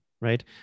right